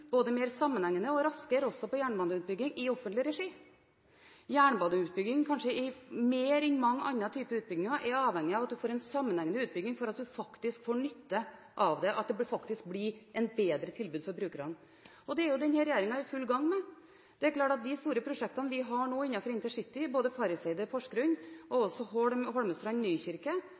både mer sammenhengende og raskere også på jernbaneutbygging i offentlig regi. Jernbaneutbygging – kanskje mer enn i mange andre typer utbygging – er avhengig av at man får en sammenhengende utbygging før man faktisk får nytte av det, at det faktisk blir et bedre tilbud for brukerne. Og det er denne regjeringen i full gang med. Det er klart at de store prosjektene vi har nå innenfor intercity, både Farriseidet–Porsgrunn og også